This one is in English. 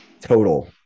total